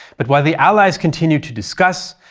but while the allies continued to discuss,